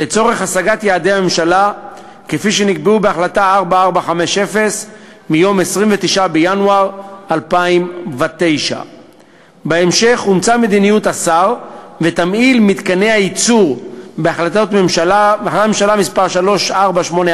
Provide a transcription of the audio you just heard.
לצורך השגת יעדי הממשלה כפי שנקבעו בהחלטה 4450 מיום 29 בינואר 2009. בהמשך אומצו מדיניות השר ותמהיל מתקני הייצור בהחלטת ממשלה מס' 3484